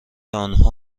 آنها